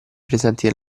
presenti